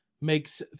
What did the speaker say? makes